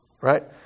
right